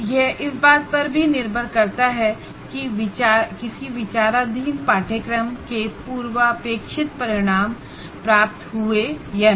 यह इस बात पर भी निर्भर करता है कि किसी विचाराधीन कोर्स के लिए प्री रिक्विस्ट आउटकम प्राप्त हुए या नहीं